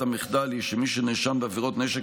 המחדל היא שמי שנאשם בעבירות נשק,